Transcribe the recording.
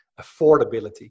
affordability